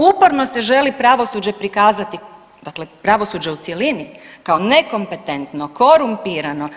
Uporno se želi pravosuđe prikazati, dakle pravosuđe u cjelini kao nekompetentno, korumpirano.